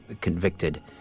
convicted